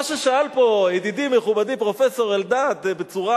מה ששאל פה ידידי מכובדי פרופסור אלדד בצורה,